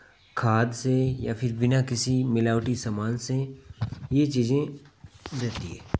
खाद से या फिर बिना किसी मिलावटी सामान से ये चीज़ें रहती हैं